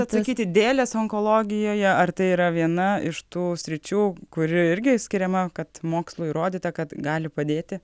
atsakyti dėlės onkologijoje ar tai yra viena iš tų sričių kuri irgi skiriama kad mokslu įrodyta kad gali padėti